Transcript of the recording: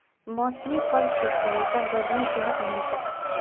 मौसमी फल छिके ईटा गर्मीर दिनत मिल छेक